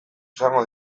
izango